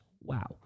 Wow